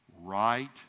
Right